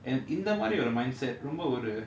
இந்த மாரி ஒரு:intha maari oru mindset ரொம்ப ஒரு:romba oru